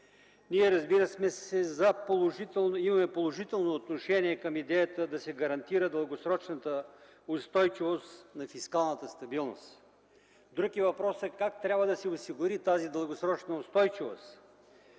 Разбира се, ние имаме положително отношение към идеята да се гарантира дългосрочната устойчивост на фискалната стабилност. Друг е въпросът как трябва да се осигури тази дългосрочна устойчивост.